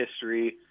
history